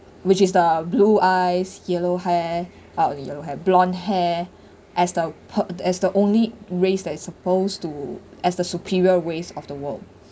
which is the blue eyes yellow hair uh yellow hair blonde hair as the pe~ as the only race that is supposed to as the superior ways of the world